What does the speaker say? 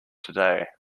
today